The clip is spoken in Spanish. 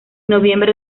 noviembre